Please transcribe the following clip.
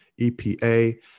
EPA